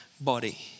body